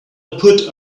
put